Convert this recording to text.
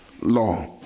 Law